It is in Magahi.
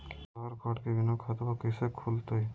आधार कार्ड के बिना खाताबा कैसे खुल तय?